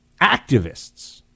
activists